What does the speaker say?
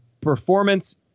performance